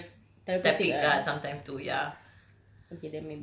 but that [one] is like quite thera~ therapeutic sia sometimes too ya